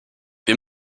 wir